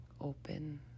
open